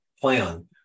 plan